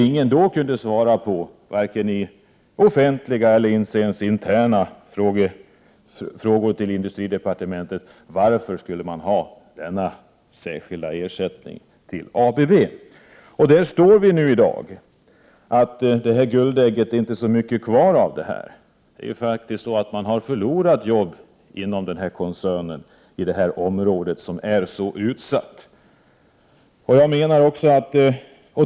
Ingen i industridepartementet kunde svara på varför ABB skulle få denna särskilda ersättning. Förhållandet i dag är att det inte är så mycket kvar av detta guldägg. Antalet arbetstillfällen inom denna koncern i detta område har blivit mindre, ett område som är mycket utsatt.